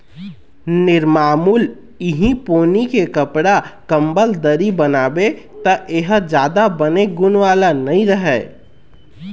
निरमामुल इहीं पोनी के कपड़ा, कंबल, दरी बनाबे त ए ह जादा बने गुन वाला नइ रहय